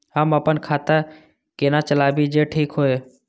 हम अपन खाता केना चलाबी जे ठीक होय?